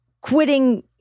quitting